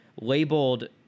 labeled